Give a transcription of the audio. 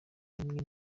rimwe